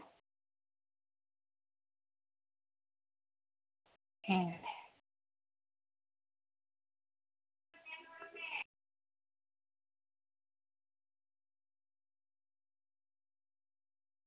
ᱦᱮᱸ